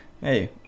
hey